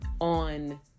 on